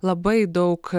labai daug